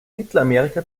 mittelamerika